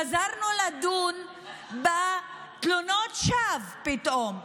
חזרנו לדון בתלונות שווא פתאום.